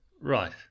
right